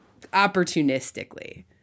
opportunistically